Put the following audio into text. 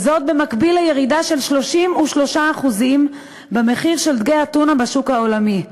וזאת במקביל לירידה של 33% במחיר של דגי הטונה בשוק העולמי,